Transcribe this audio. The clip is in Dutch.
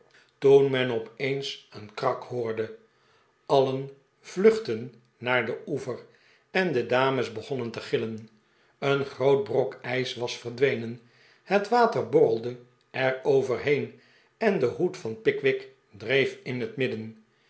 toen men op eens een krak hoorde allen vluchtten naar den oever en de dames begonnen te gillen een groot brok ijs was verdwenen het water borrelde er over heen en de hoed van pickwick dreef in het midden